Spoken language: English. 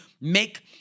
make